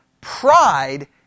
pride